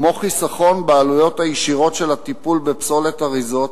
כמו חיסכון בעלויות הישירות של הטיפול בפסולת אריזות